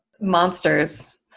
monsters